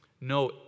No